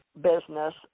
business